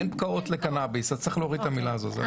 אין פקעות לקנאביס ולכן צריך להוריד את המילה הזאת.